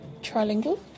trilingual